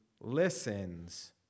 listens